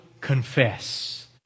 confess